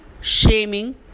shaming